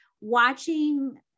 watching